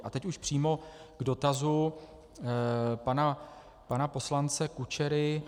A teď už přímo k dotazu pana poslance Kučery.